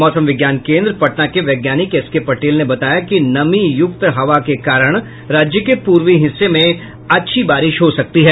मौसम विज्ञान केन्द्र पटना के वैज्ञानिक एसके पटेल ने बताया कि नमी युक्त हवा के कारण राज्य के पूर्वी हिस्से में अच्छी बारिश हो सकती है